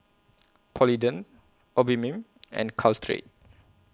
Polident Obimin and Caltrate